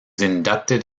inducted